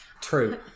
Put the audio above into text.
True